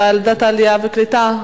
ועדת העלייה והקליטה?